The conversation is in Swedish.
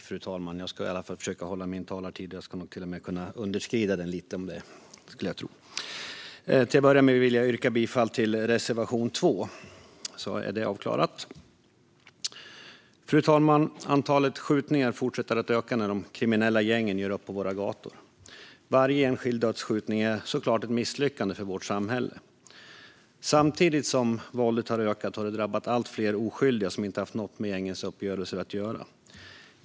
Fru talman! Till att börja med vill jag yrka bifall till reservation 2, så är det avklarat. Fru talman! Antalet skjutningar fortsätter att öka när de kriminella gängen gör upp på våra gator. Varje enskild dödsskjutning är såklart ett misslyckande för vårt samhälle. Samtidigt som våldet har ökat har det drabbat allt fler oskyldiga som inte haft något med gängens uppgörelser att göra.